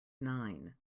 nine